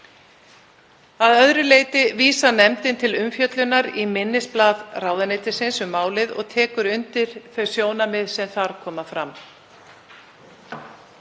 Að öðru leyti vísar meiri hlutinn til umfjöllunar í minnisblaði ráðuneytisins um málið og tekur undir þau sjónarmið sem þar koma fram.